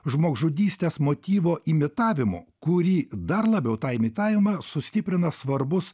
žmogžudystės motyvo imitavimu kurį dar labiau tą imitavimą sustiprina svarbus